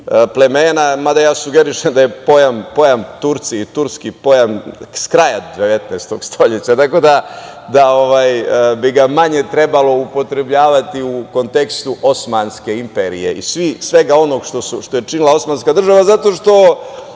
plemena, mada ja sugerišem da je pojam Turci i turski, pojam s kraja 19. veka, tako da bi ga manje trebalo upotrebljavati u kontekstu Osmanske imperije i svega onoga što je činila Osmanska država zato što